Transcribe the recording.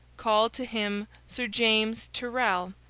called to him sir james tyrrel,